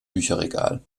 bücherregal